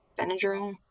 Benadryl